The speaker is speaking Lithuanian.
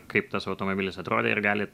kaip tas automobilis atrodė ir galit